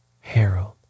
Harold